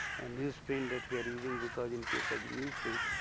and news print that we are using. because in case of the news print,